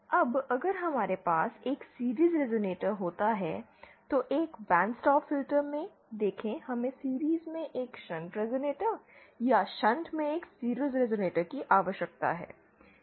अब अगर हमारे पास एक सीरीज़ रेज़ोनेटर हो सकता है तो एक बैंड स्टॉप फ़िल्टर में देखें हमें सीरिज़ में एक शंट रेज़ोनेटर या शंट में एक सीरीज़ रेज़ोनेटर की आवश्यकता है